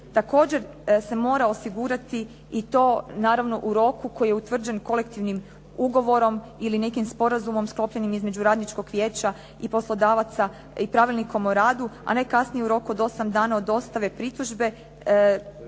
također se mora osigurati i to naravno u roku koji je utvrđen kolektivnim ugovorom ili nekim sporazumom sklopljenim između radničkog vijeća i poslodavaca i pravilnikom o radu, a ne kasnije u roku od 8 dana od dostave pritužbe,